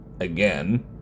Again